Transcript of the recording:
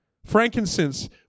Frankincense